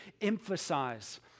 emphasize